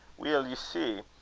weel, ye see,